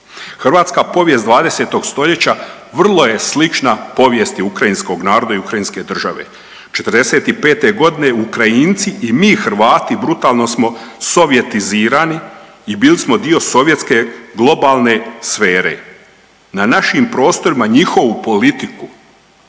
Hrvatska povijest 20. stoljeća vrlo je slična povijesti ukrajinskog naroda i ukrajinske države. '45. godine Ukrajinci i mi Hrvati brutalno smo sovjetizirani i bili smo dio sovjetske globalne sfere. Na našim prostorima njihovu politiku